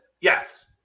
Yes